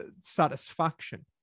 satisfaction